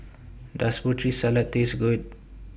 Does Putri Salad Taste Good